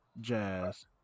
jazz